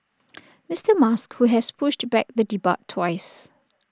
Mister musk who has pushed back the debut twice